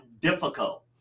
difficult